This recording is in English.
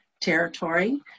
territory